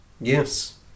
Yes